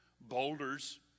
boulders